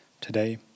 today